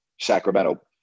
Sacramento